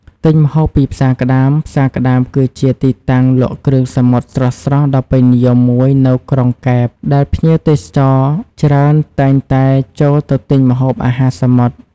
ទិញម្ហូបពីផ្សារក្ដាម ផ្សារក្ដាមគឺជាទីតាំងលក់គ្រឿងសមុទ្រស្រស់ៗដ៏ពេញនិយមមួយនៅក្រុងកែប ដែលភ្ញៀវទេសចរច្រើនតែងតែចូលទៅទិញម្ហូបអាហារសមុទ្រ។